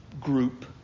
group